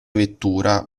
vettura